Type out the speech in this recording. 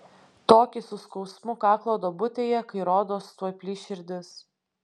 tokį su skausmu kaklo duobutėje kai rodos tuoj plyš širdis